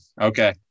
Okay